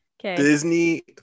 Disney